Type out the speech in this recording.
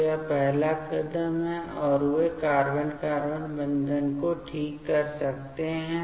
तो यह पहला कदम है और वे कार्बन कार्बन बंधन को ठीक कर सकते हैं